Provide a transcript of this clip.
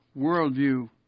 worldview